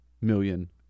million